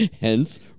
hence